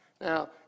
Now